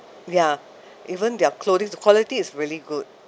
ya even their clothing's quality is really good